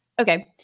Okay